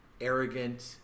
arrogant